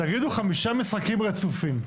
חמישה משחקים רצופים.